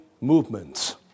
movements